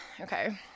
Okay